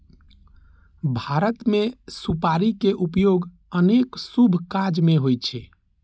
भारत मे सुपारी के उपयोग अनेक शुभ काज मे होइ छै